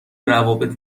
روابط